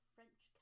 French